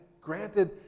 granted